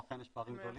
או אכן יש פערים גדולים,